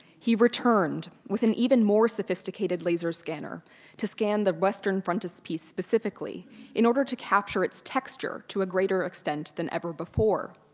he returned with an even more sophisticated laser scanner to scan the western frontispiece specifically in order to capture its texture to a greater extent than ever before.